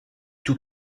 tout